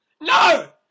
No